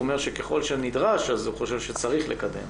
הוא אמר שככל הנדרש הוא חושב שצריך לקדם.